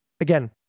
again